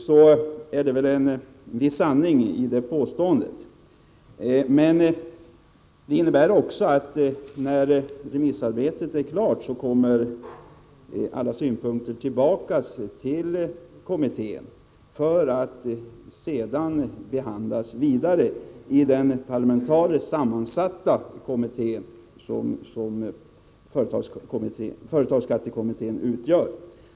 Det ligger väl en viss sanning i det påståendet, men när remissarbetet är klart kommer alla synpunkter tillbaka till företagsskattekommittén för att sedan behandlas vidare i denna parlamentariskt sammansatta utredning.